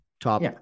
top